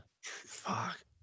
Fuck